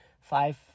five-